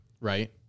right